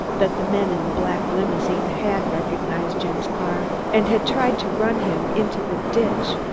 that the men in the black limousine had recognized jim's car and had tried to run him into the ditch?